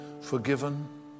Forgiven